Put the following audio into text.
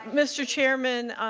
mr. chairman,